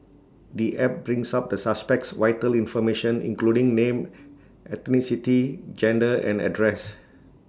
the app brings up the suspect's vital information including name ethnicity gender and address